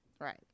Right